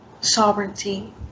Sovereignty